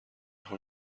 خوام